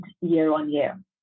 year-on-year